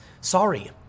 sorry